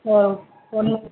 one minute madam